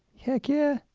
heck yeah.